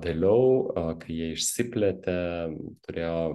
vėliau a kai jie išsiplėtė turėjo